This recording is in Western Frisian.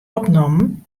opnommen